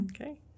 okay